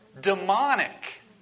Demonic